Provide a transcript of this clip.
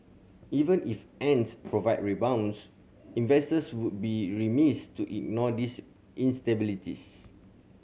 even if Ant's profit rebounds investors would be remiss to ignore these instabilities